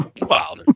Wow